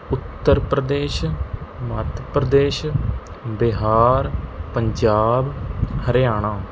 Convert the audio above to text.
Uttar Pradesh Madhya Pradesh Bihar Punjab Haryana